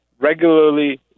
regularly